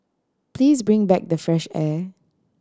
please bring back the fresh air